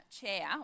chair